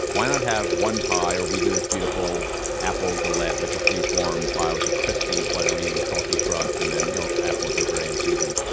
why not have one pie? or we do this beautiful apple galette, like a free-form pie with a crispy, buttery, salty crust. and you know apples are very in season.